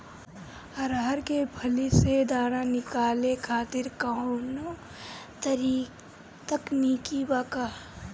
अरहर के फली से दाना निकाले खातिर कवन तकनीक बा का?